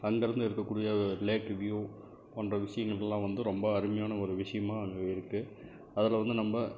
அங்கிருந்து இருக்கக்கூடிய lake view போன்ற விஷயங்களுக்கெலாம் வந்து ரொம்ப அருமையான ஒரு விஷயமாக அங்கே இருக்குது அதில் வந்து நம்ம